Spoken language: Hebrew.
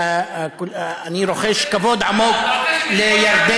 אני רוחש כבוד עמוק לירדן.